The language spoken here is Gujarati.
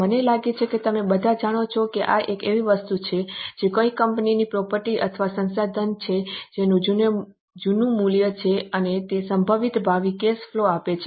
મને લાગે છે કે તમે બધા જાણો છો કે આ એક એવી વસ્તુ છે જે કોઈ કંપનીની પ્રોપર્ટી અથવા સંસાધન છે જેનું મૂલ્ય છે અને તે સંભવિત ભાવિ કેશ ફલો આપે છે